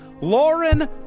Lauren